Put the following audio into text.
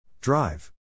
Drive